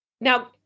Now